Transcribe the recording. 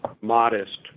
modest